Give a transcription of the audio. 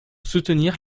soutenir